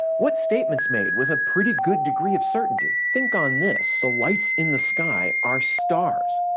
what statements made with a pretty good degree of certainty? think on this the lights in the sky are stars!